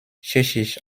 tschechisch